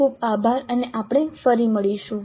ખૂબ ખૂબ આભાર અને આપણે ફરી મળીશું